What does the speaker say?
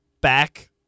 back